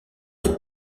des